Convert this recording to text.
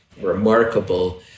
remarkable